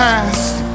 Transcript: past